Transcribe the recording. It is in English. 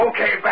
Okay